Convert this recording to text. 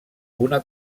una